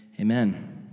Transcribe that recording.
Amen